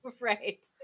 Right